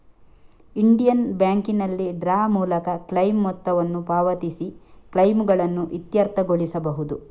Indian ಬ್ಯಾಂಕಿನಲ್ಲಿ draw ಮೂಲಕ claim ಮೊತ್ತವನ್ನು ಪಾವತಿಸಿ ಕ್ಲೈಮುಗಳನ್ನು ಇತ್ಯರ್ಥಗೊಳಿಸಬಹುದು